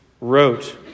wrote